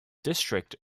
district